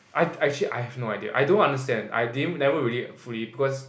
I I actually I have no idea I don't understand I didn't never really fully because